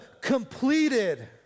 completed